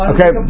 Okay